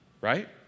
Right